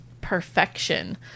perfection